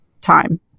time